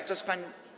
Kto z pań.